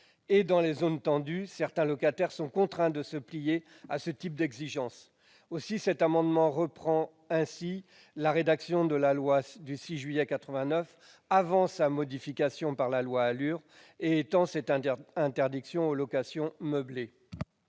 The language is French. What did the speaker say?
Dans les zones tendues, certains locataires sont contraints de se plier à ce type d'exigences. Aussi proposons-nous, par cet amendement, de reprendre la rédaction de la loi du 6 juillet 1989, avant sa modification par la loi ALUR, et d'étendre une telle interdiction aux locations meublées.